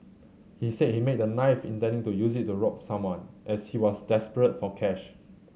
he said he made the knife intending to use it to rob someone as he was desperate for cash